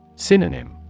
Synonym